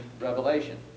Revelation